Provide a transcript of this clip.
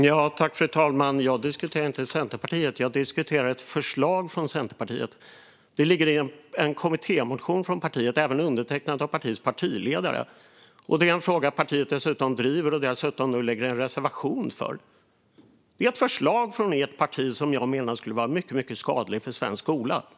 Fru talman! Jag diskuterar inte Centerpartiet. Jag diskuterar ett förslag från Centerpartiet. Det ligger i en kommittémotion från partiet, som även är undertecknad av partiets partiledare. Det är en fråga som partiet dessutom driver och som man dessutom har en reservation om. Det är ett förslag från ert parti. Och jag menar att detta skulle vara mycket skadligt för svensk skola.